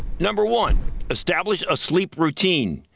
number one establish a sleep routine.